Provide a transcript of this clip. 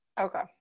okay